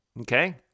Okay